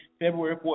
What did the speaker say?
February